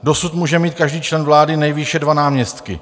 Dosud může mít každý člen vlády nejvýše dva náměstky.